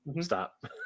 Stop